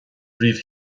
bpríomh